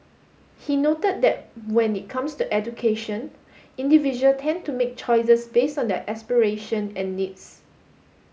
he noted that when it comes to education individual tend to make choices based on their aspirations and needs